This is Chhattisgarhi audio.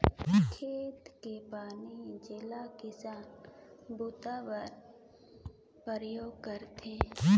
खेत के पानी जेला किसानी बूता बर परयोग करथे